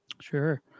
sure